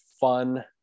fun